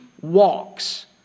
walks